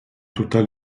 total